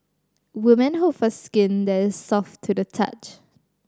woman hope for skin that is soft to the touch